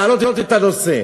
להעלות את הנושא,